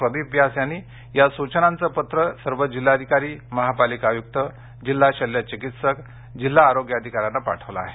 प्रदीप व्यास यांनी या सूचनांचे पत्र सर्व जिल्हाधिकारी महापालिका आयुक्त जिल्हा शल्यचिकित्सक जिल्हा आरोग्य अधिकाऱ्यांना पाठविले आहे